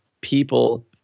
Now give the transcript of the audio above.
people